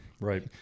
Right